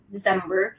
December